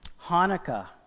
Hanukkah